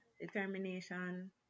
determination